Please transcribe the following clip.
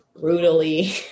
brutally